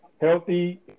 Healthy